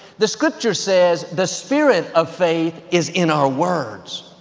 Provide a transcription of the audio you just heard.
the scripture says, the spirit of faith is in our words.